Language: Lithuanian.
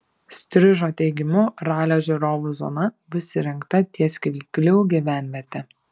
striužo teigimu ralio žiūrovų zona bus įrengta ties kvyklių gyvenviete